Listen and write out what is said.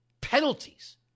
Penalties